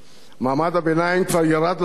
מעמד הביניים כבר ירד למקלטים,